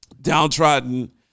downtrodden